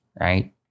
right